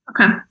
Okay